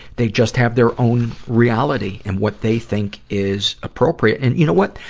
they just have their own reality and what they think is appropriate. and you know what?